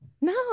No